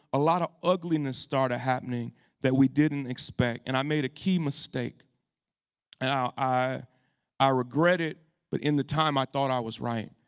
a lot of ugliness started happening that we didn't expect. and i made a key mistake. and now i i regret it but in the time i thought i was right.